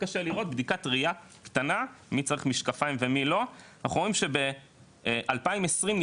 אנחנו רואים שב-2020,